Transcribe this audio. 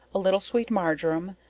a little sweet marjoram,